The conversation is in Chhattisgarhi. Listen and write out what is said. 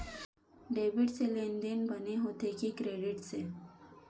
डेबिट से लेनदेन बने होथे कि क्रेडिट से?